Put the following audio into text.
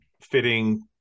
fitting